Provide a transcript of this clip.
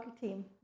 team